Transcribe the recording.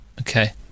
Okay